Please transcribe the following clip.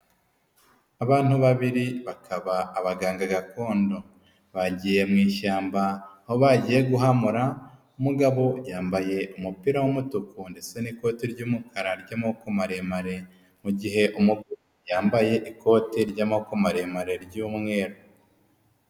Abantu babiri bakaba abaganga gakondo bagiye mu ishyamba aho bagiye guhamura, umugabo yambaye umupira w'umutuku ndetse n'ikote ry'umukara ry'amaboko maremare, mu gihe umugore yambaye ikote ry'amako maremare ry'umweru.